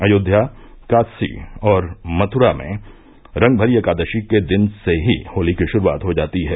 अयोध्या काशी और मथुरा में रंगभरी एकादशी के दिन से ही होली की शुरूआत हो जाती है